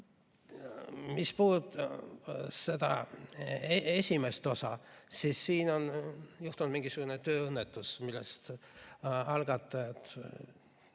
Mis puudutab esimest osa, siis siin on juhtunud mingisugune tööõnnetus, milles algatajad